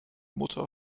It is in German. mutter